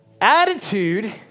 Attitude